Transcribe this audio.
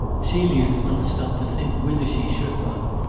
celia did not stop to think whither she should run,